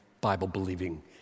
Bible-believing